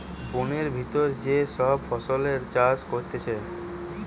বোনের ভিতর যে সব ফসলের চাষ করতিছে